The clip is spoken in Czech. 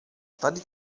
tady